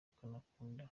akanakunda